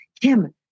Kim